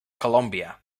colombia